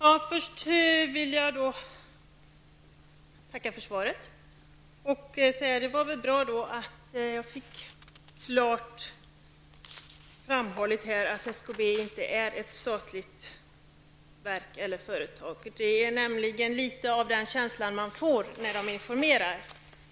Herr talman! Först vill jag tacka för svaret. Det var bra att det blev klart framhållet att SKB inte är ett statligt verk eller företag. Man får nämligen litet av den känslan när SKB informerar.